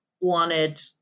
wanted